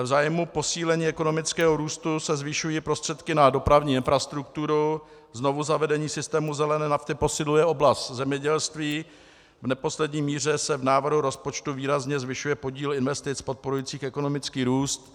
V zájmu posílení ekonomického růstu se zvyšují prostředky na dopravní infrastrukturu, znovuzavedení systému zelené nafty posiluje oblast zemědělství, v neposlední míře se v návrhu rozpočtu výrazně zvyšuje podíl investic podporujících ekonomický růst.